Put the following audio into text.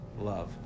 Love